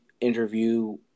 interview